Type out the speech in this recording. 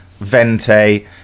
Vente